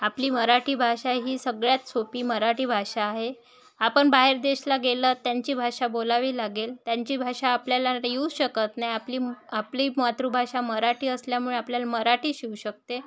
आपली मराठी भाषा ही सगळ्यात सोपी मराठी भाषा आहे आपण बाहेर देशला गेलं त्यांची भाषा बोलावी लागेल त्यांची भाषा आपल्याला येऊ शकत नाही आपली आपली मातृभाषा मराठी असल्यामुळे आपल्याला मराठीच येऊ शकते